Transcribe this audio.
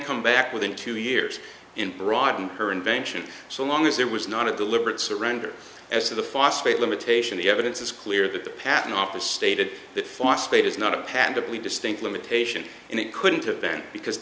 come back within two years in broad and her invention so long as it was not a deliberate surrender as to the phosphate limitation the evidence is clear that the patent office stated that phosphate is not a path to be distinct limitation and it couldn't have been because